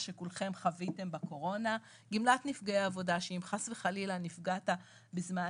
ואנחנו הולכים לכיוון של חליפה תפורה